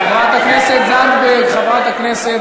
חברי הכנסת,